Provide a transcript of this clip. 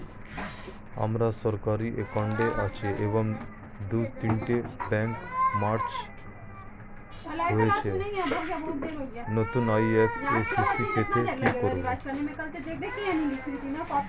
আমার সরকারি একাউন্ট আছে এবং দু তিনটে ব্যাংক মার্জ হয়েছে, নতুন আই.এফ.এস.সি পেতে কি করব?